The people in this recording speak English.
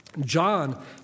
John